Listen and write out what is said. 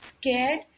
scared